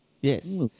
Yes